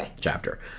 chapter